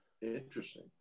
Interesting